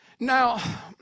Now